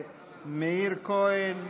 מאיר כהן,